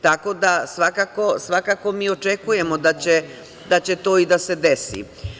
Tako da, svakako, mi očekujemo da će to i da se desi.